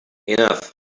enough